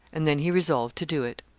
and then he resolved to do it.